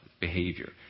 behavior